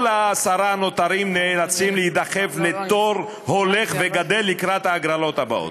כל העשרה הנותרים נאלצים להידחף לתור הולך וגדל לקראת ההגרלות הבאות.